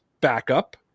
backup